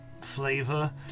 flavor